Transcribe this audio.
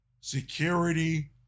security